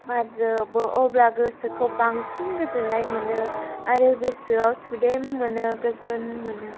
बारजोबो अब्ला गोसोखौ बांसिन गोजोननाय मोनो आरो गोसोआव सुदेम मोनो गोजोन मोनो